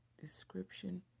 description